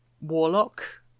warlock